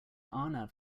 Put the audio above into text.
arnav